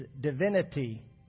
divinity